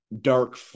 dark